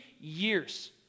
years